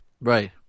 Right